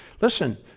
Listen